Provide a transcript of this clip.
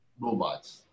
robots